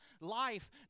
life